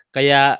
Kaya